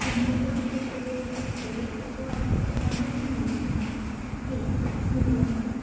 तुमच्यासाठी सोप्पी गोष्ट असेल असं वाटतं पण ते नाही आहे ऐक मी तुला सांगते